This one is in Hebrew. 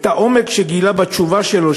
העומק שגילה בתשובה שלו,